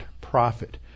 profit